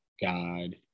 God